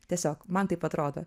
tiesiog man taip atrodo